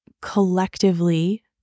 collectively